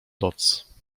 doc